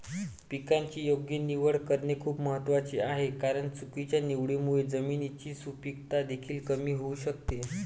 पिकाची योग्य निवड करणे खूप महत्वाचे आहे कारण चुकीच्या निवडीमुळे जमिनीची सुपीकता देखील कमी होऊ शकते